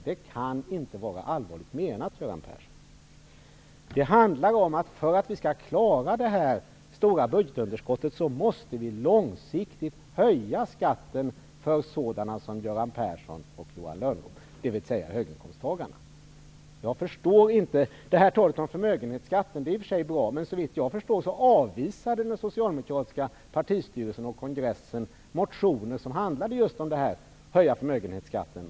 Det kan inte vara allvarligt menat, Göran Persson! För att vi skall klara av det stora budgetunderskottet måste vi långsiktigt höja skatten för sådana som Göran Persson och Johan Lönnroth, dvs. för höginkomsttagarna. Talet om förmögenhetsskatten är i och för sig bra. Men såvitt jag förstår avvisade den socialdemokratiska partistyrelsen och kongressen motioner som handlade just om en höjning av förmögenhetsskatten.